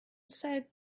said